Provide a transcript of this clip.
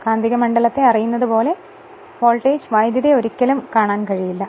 കാന്തിക മണ്ഡലത്തെ അറിയുന്നതുപോലെ വോൾട്ടേജ് വൈദ്യുതിയെ ഒരിക്കലും കാണാൻകഴിയില്ല